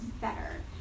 better